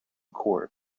court